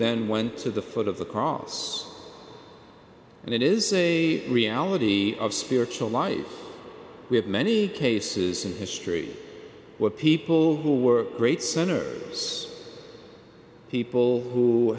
then went to the foot of the cross and it is a reality of spiritual life we have many cases in history where people who were great centers people who